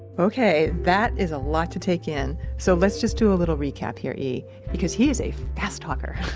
okay, that is a lot to take in. so let's just do a little recap here, e because he is a fast talker.